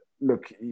look